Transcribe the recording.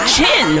Chin